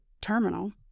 terminal